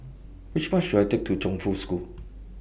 Which Bus should I Take to Chongfu School